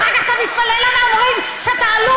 אחר כך אתה מתפלא למה אומרים שאתה עלוב,